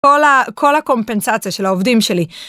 כל הקומפנצציה של העובדים שלי.